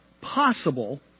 possible